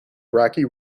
iraqi